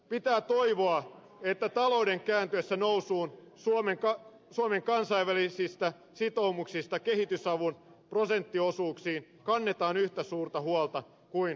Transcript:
pitää toivoa että talouden kääntyessä nousuun suomen kansainvälisistä sitoumuksista kehitysavun prosenttiosuuksiin kannetaan yhtä suurta huolta kuin tänään